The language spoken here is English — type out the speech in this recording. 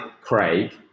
Craig